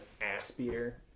ass-beater